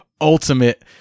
ultimate